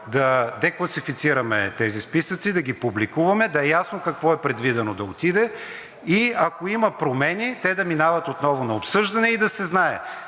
да декласифицираме тези списъци, да ги публикуваме, да е ясно какво е предвидено да отиде и ако има промени, те да минават отново на обсъждане и да се знае.